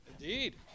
Indeed